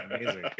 Amazing